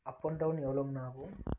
up and down எவ்வளோங்கணா ஆகும்